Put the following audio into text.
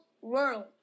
world